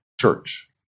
church